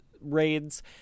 raids